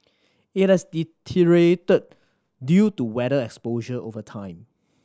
it had deteriorated due to weather exposure over time